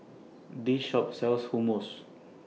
This Shop sells Hummus